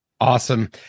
Awesome